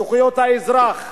זכויות האזרח.